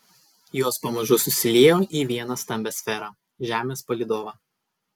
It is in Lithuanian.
jos pamažu susiliejo į vieną stambią sferą žemės palydovą